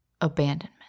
Abandonment